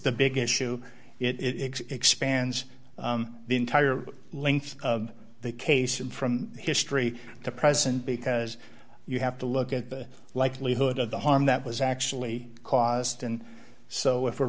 the big issue it expands the entire length of the case and from history to present because you have to look at the likelihood of the harm that was actually caused and so if we're